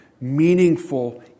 meaningful